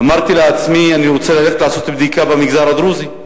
אמרתי לעצמי: אני רוצה ללכת לעשות בדיקה במגזר הדרוזי.